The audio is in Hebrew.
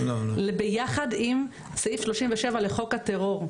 ביחד עם סעיף 37 לחוק הטרור,